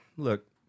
Look